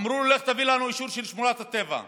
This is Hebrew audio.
שאמרו לו: לך תביא לנו אישור של שמורת הטבע.